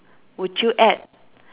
would you add